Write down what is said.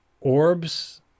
orbs